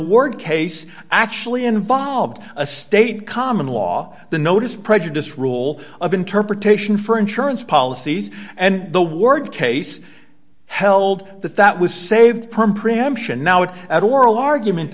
warrant case actually involved a state common law the notice prejudice rule of interpretation for insurance policies and the warrant case held that that was saved perm preemption now it at oral argument